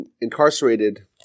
incarcerated